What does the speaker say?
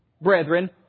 brethren